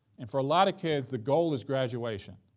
and for a lot of kids the goal is graduation.